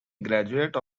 graduate